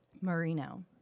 Marino